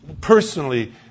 personally